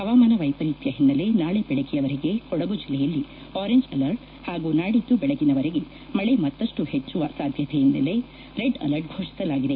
ಹವಾಮಾನ ವೈವರೀತ್ನ ಹಿನ್ನೆಲೆ ನಾಳೆ ಬೆಳಗ್ಗೆವರೆಗೆ ಕೊಡಗು ಜಿಲ್ಲೆಯಲ್ಲಿ ಅರೆಂಜ್ ಅಲರ್ಟ್ ಪಾಗೂ ನಾಡಿದ್ದು ಬೆಳಗಿನವರೆಗೆ ಮಳೆ ಮತ್ತಷ್ಟು ಹೆಚ್ಚುವ ಸಾಧ್ವತೆ ಹಿನ್ನೆಲೆ ರೆಡ್ ಅಲರ್ಟ್ ಘೋಷಿಸಲಾಗಿದೆ